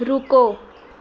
ਰੁਕੋ